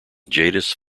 jadis